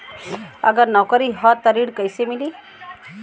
अगर नौकरी ह त ऋण कैसे मिली?